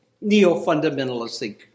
neo-fundamentalistic